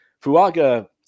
Fuaga